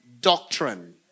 doctrine